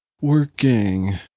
Working